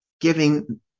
giving